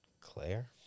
Claire